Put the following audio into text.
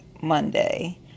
Monday